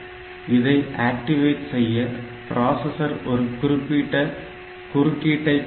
இதை ஆக்டிவேட் செய்ய பிராசஸர் ஒரு குறிப்பிட்ட குறுக்கீடை பெறவேண்டும்